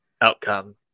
outcome